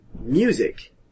music